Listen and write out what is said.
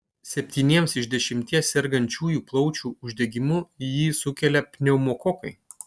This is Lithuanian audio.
septyniems iš dešimties sergančiųjų plaučių uždegimu jį sukelia pneumokokai